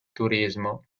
turismo